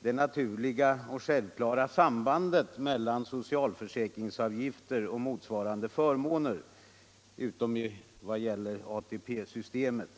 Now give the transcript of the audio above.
det naturliga och självklara sambandet mellan socialförsäkringsavgifter och motsvarande förmåner utom vad gäller ATP-systemet.